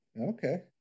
Okay